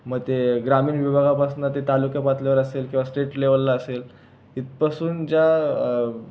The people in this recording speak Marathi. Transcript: मग ते ग्रामीण विभागापासनं ते तालुकापातळीवर असेल किवा स्टेट लेवलला असेल इथपासूनच्या